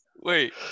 Wait